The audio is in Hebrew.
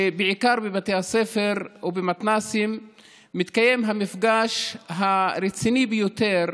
בעיקר בבתי הספר ובמתנ"סים מתקיים המפגש הרציני ביותר